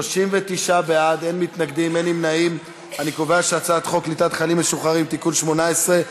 ההצעה להעביר את הצעת חוק קליטת חיילים משוחררים (תיקון מס' 18),